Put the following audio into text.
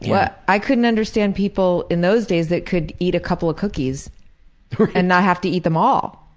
yeah i couldn't understand people in those days that could eat a couple of cookies and not have to eat them all.